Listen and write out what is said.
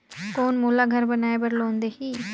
कौन मोला घर बनाय बार लोन देही?